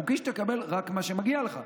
חוקי שתקבל רק מה שמגיע לך,